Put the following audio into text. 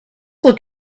look